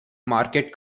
market